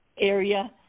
area